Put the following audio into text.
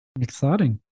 exciting